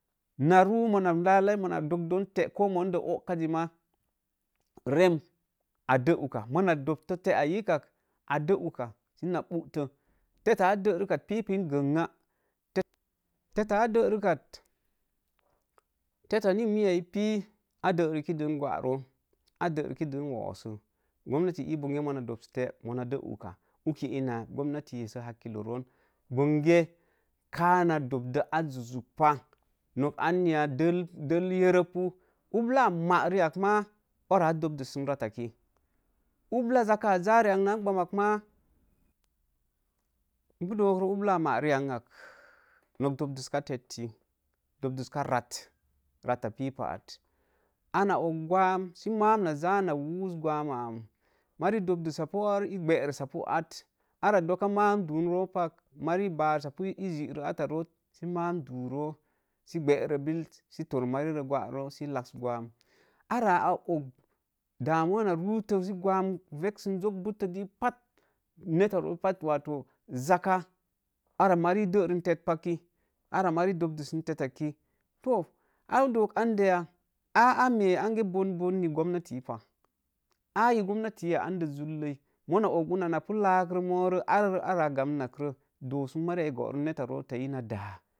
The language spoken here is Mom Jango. Na ruo mona laklan, mona dokdon te ko mundə ogka ji maa, rem a də uka, mona dobto te yii kak a tdə uka sə na butə, tetta a dərek kat pipin gənga, tetta dərekkat tetta nim mi ai ii pii a deriki də gwaroo, a dəriki dən wooso gomnati ii bonge muna dobs te mo na də uka. uki ina gomnati esso hakkilo roon, bonge kaa na dobdo ar zuk zuk pah, nota anya del del yerepu, ublaa maa riak maa doraa dobdusum rattak ki, ubla za kaa ja ri ak naa gbanmak maa, n pu dooru ublaa maa rian ak maa, nok dobduska tetti, dobduska rat, ratta ta pipah at ana ag gwan sə maam na jaa na woos gwam ma am mari dobelus sapu ar ii bə reesa pu at, arra maam duun roo pak, mari ii barisapu ii jii rə otta root sə maam duu roo sə gbəre billet sə tor mari rə gwa sə laaks gwan, arra og damawa na ruu to sə gwam vexsə zok buttə dii pat to zaaka arra mari dəren tett pakki, arra maridobolisə tttakki, to a pu doo andə ya a mee ange boo bonni gomnatii pah aa yi gomnatii ya amdə zulləii muna kguna na pu laare ar. arra a gamnat rə doosum mariya ii gooro netta roo tai ina daa.